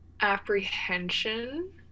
Apprehension